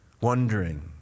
Wondering